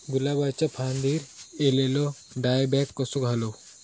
गुलाबाच्या फांदिर एलेलो डायबॅक कसो घालवं?